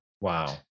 Wow